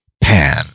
Pan